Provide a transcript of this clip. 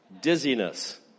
Dizziness